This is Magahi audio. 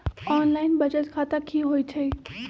ऑनलाइन बचत खाता की होई छई?